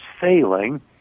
failing